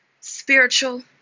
spiritual